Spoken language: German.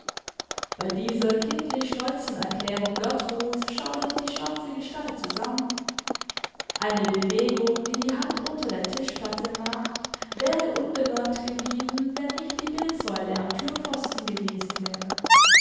bei dieser kindlich stolzen erklärung gertruds schaudert die schwarze gestalt zusammen eine bewegung die die hand unter der tischplatte macht wäre unbemerkt geblieben wenn nicht die bildsäule am türpfosten gewesen wäre